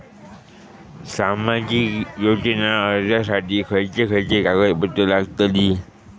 सामाजिक योजना अर्जासाठी खयचे खयचे कागदपत्रा लागतली?